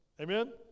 Amen